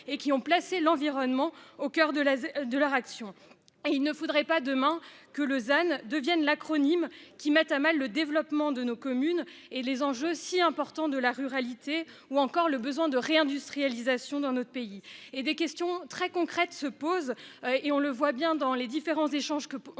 et qui ont placé l'environnement au coeur de la de la réaction. Et il ne faudrait pas demain que Lausanne devienne l'acronyme qui mettent à mal le développement de nos communes et les enjeux si importants de la ruralité ou encore le besoin de réindustrialisation dans notre pays et des questions très concrètes se posent et on le voit bien dans les différents échanges